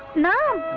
no